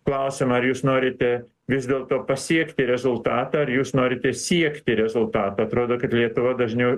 klausiam ar jūs norite vis dėlto pasiekti rezultatą ar jūs norite siekti rezultato atrodo kad lietuva dažniau